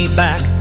back